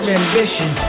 ambition